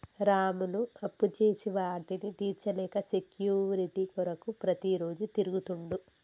రాములు అప్పుచేసి వాటిని తీర్చలేక సెక్యూరిటీ కొరకు ప్రతిరోజు తిరుగుతుండు